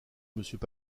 monsieur